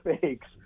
fakes